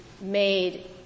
made